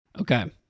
Okay